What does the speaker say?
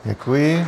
Děkuji.